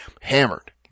hammered